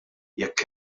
jekk